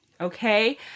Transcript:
okay